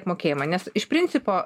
apmokėjimą nes iš principo